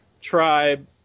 tribe